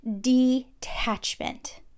detachment